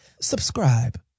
Subscribe